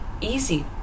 easy